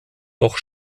doch